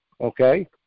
okay